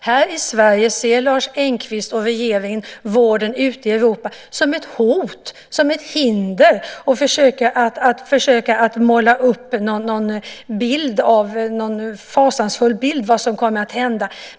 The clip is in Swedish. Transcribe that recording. Här i Sverige ser Lars Engqvist och regeringen vården i Europa som ett hot, som ett hinder, och försöker måla upp en fasansfull bild av vad som kommer att hända.